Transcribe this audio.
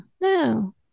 No